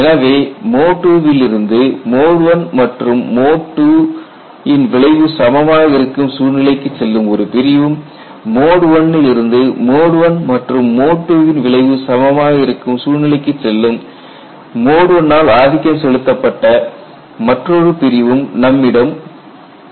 எனவே mode II லிருந்து mode I மற்றும் மோட் II ன் விளைவு சமமாக இருக்கும் சூழ்நிலைக்கு செல்லும் ஒரு பிரிவும் மோட் I லிருந்து மோட் I மற்றும் மோட் II ன் விளைவு சமமாக இருக்கும் சூழ்நிலைக்கு செல்லும் மோட் I ஆல் ஆதிக்கம் செலுத்த செலுத்தப்பட்ட மற்றொரு பிரிவும் நம்மிடம் உள்ளது